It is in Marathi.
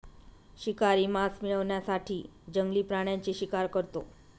शिकारी मांस मिळवण्यासाठी जंगली प्राण्यांची शिकार करतो